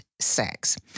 sex